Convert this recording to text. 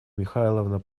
михайловна